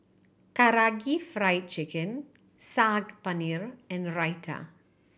Karaage Fried Chicken Saag Paneer and Raita